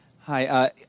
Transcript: Hi